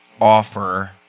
offer